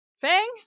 Fang